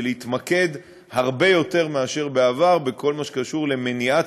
היא להתמקד הרבה יותר מבעבר בכל מה שקשור למניעת